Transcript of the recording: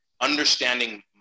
understanding